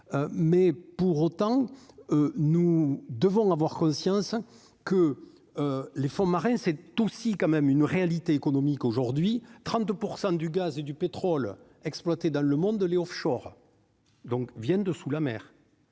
mais pour autant, nous devons avoir conscience que les fonds marins, c'est aussi quand même une réalité économique aujourd'hui 32 % du gaz et du pétrole exploités dans le monde de off-Shore donc viennent de sous la mer,